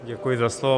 Děkuji za slovo.